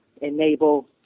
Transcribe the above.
enable